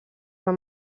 van